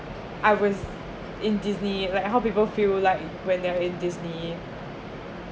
I was in Disney like how people feel like when they are in Disney